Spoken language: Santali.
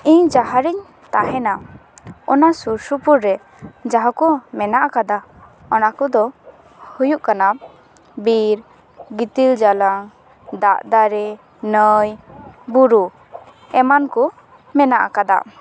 ᱤᱧ ᱡᱟᱦᱟᱸ ᱨᱤᱧ ᱛᱟᱦᱮᱱᱟ ᱚᱱᱟ ᱥᱩᱨ ᱥᱩᱯᱩᱨ ᱨᱮ ᱡᱟᱦᱟᱸ ᱠᱚ ᱢᱮᱱᱟᱜ ᱟᱠᱟᱫᱟ ᱚᱱᱟ ᱠᱚᱫᱚ ᱦᱩᱭᱩᱜ ᱠᱟᱱᱟ ᱵᱤᱨ ᱜᱤᱛᱤᱞ ᱡᱚᱞᱟ ᱫᱟᱜ ᱫᱟᱨᱮ ᱱᱟᱹᱭ ᱵᱩᱨᱩ ᱮᱢᱟᱱ ᱠᱚ ᱢᱮᱱᱟᱜ ᱟᱠᱟᱫᱟ